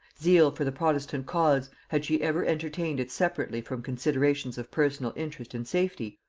zeal for the protestant cause, had she ever entertained it separately from considerations of personal interest and safety,